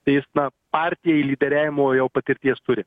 tai jis na partijai lyderiavimo jau patirties turi